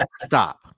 Stop